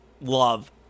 love